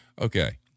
Okay